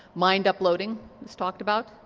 mind uploading is talked about,